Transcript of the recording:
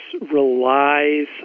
relies